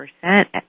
percent